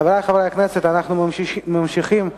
חברי חברי הכנסת, אנחנו ממשיכים בסדר-היום.